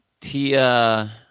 Tia